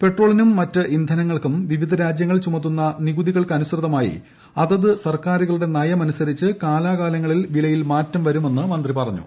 പെട്രോളിനും മറ്റ് ഇന്ധനങ്ങൾക്കും വിവിധ രാജൃങ്ങൾ ചുമത്തുന്ന നികുതികൾക്കനുസൃതമായി അതാത് സർക്കാരുകളുടെ നയമനുസരിച്ച് കാലാകാലങ്ങളിൽ വിലയിൽ മാറ്റം വരുമെന്ന് മന്ത്രി പറഞ്ഞു